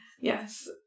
Yes